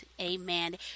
amen